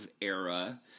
era